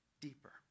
deeper